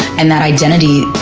and that identity,